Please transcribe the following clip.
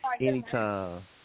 Anytime